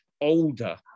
older